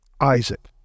Isaac